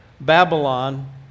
Babylon